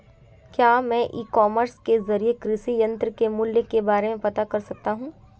क्या मैं e commerce के ज़रिए कृषि यंत्र के मूल्य के बारे में पता कर सकता हूँ?